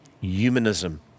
humanism